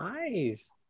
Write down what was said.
Nice